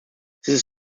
this